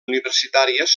universitàries